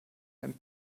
einem